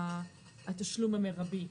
התשלום המרבי,